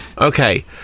Okay